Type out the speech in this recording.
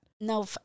No